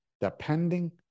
Depending